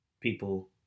people